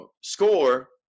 score